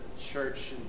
church